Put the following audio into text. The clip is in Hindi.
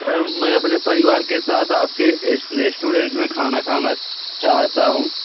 सर मैं अपने परिवार के साथ आपके रेस्टूरेंट में खाना खाना चाहता हूँ